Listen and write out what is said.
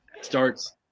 starts